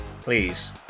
please